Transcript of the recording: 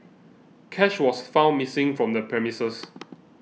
cash was found missing from the premises